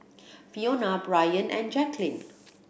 Fiona Bryant and Jacquline